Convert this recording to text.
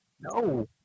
No